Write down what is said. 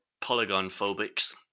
polygon-phobics